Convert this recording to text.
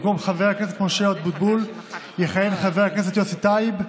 במקום חבר הכנסת משה אבוטבול יכהן חבר הכנסת יוסי טייב,